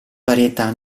varietà